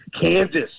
kansas